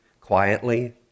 quietly